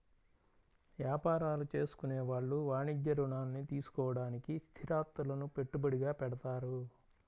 యాపారాలు చేసుకునే వాళ్ళు వాణిజ్య రుణాల్ని తీసుకోడానికి స్థిరాస్తులను పెట్టుబడిగా పెడతారు